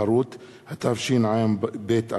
נמנעים.